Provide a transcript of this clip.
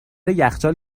یخچال